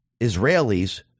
Israelis